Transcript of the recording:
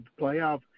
playoff